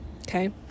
okay